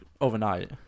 overnight